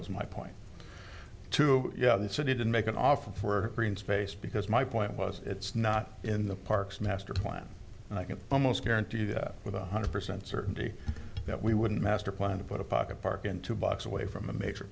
was my point to yeah the city did make an offer for green space because my point was it's not in the parks master plan and i can almost guarantee that with one hundred percent certainty that we wouldn't master plan to put a pocket park in two blocks away from a major